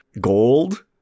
gold